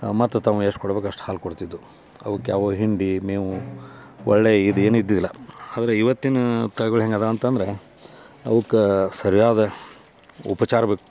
ಮತ್ತು ತಮ್ಗೆ ಎಷ್ಟು ಕೊಡ್ಬೇಕ್ ಅಷ್ಟು ಹಾಲು ಕೊಡ್ತಿದ್ದವು ಅವಕ್ಕೆ ಅವು ಹಿಂಡಿ ಮೇವು ಒಳ್ಳೆಯ ಇದು ಏನೂ ಇದ್ದಿಲ್ಲ ಆದರೆ ಇವತ್ತಿನ ತಳಿಗಳು ಹೆಂಗಿದವೆ ಅಂತಂದರೆ ಅವಕ್ಕೆ ಸರಿಯಾದ ಉಪಚಾರ ಬೇಕು